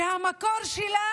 שהמקור שלה